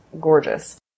gorgeous